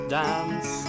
dance